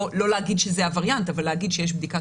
לא להגיד שזה הווריאנט אבל להגיד שיש בדיקת